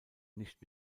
nicht